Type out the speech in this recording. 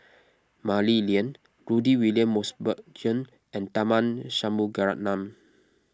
Mah Li Lian Rudy William Mosbergen and Tharman Shanmugaratnam